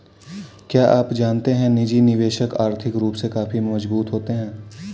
क्या आप जानते है निजी निवेशक आर्थिक रूप से काफी मजबूत होते है?